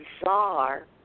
bizarre